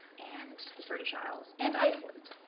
and the british isles and iceland.